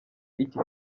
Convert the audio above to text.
iki